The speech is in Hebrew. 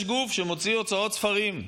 יש גוף שמוציא ספרים,